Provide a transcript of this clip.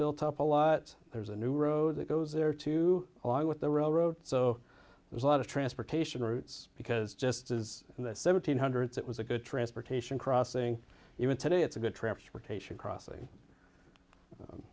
built up a lot so there's a new road that goes there too along with the road so there's a lot of transportation routes because just as in the seventeen hundreds it was a good transportation crossing even today it's a good transportation crossing